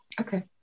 Okay